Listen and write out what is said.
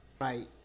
Right